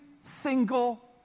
single